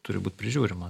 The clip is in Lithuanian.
turi būt prižiūrima